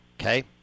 Okay